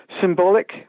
symbolic